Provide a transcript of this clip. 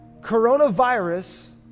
Coronavirus